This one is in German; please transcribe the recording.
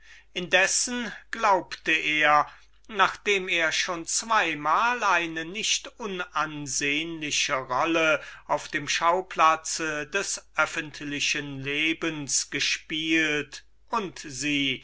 indessen hielt er sich nachdem er schon zu zweien malen eine nicht unansehnliche rolle auf dem schauplatz des öffentlichen lebens gespielt und sie